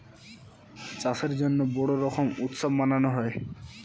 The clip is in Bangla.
চাষের জন্য বড়ো রকম উৎসব মানানো হয়